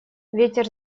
ветер